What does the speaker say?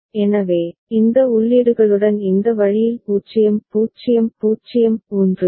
எனவே இந்த உள்ளீடுகளுடன் இந்த வழியில் 0 0 0 1 0 0 1 0 1 1 0 0 இது டி